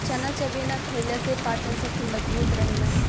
चना चबेना खईला से पाचन शक्ति मजबूत रहेला